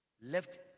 left